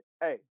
Hey